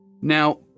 Now